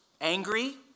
angry